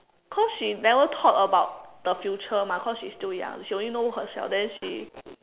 cause she never thought about the future mah cause she's still young she only know herself then she